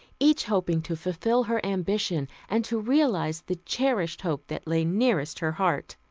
each hoping to fulfill her ambition and to realize the cherished hope that lay nearest her heart.